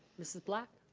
mrs. black?